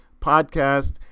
podcast